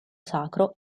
sacro